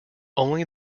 only